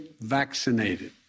vaccinated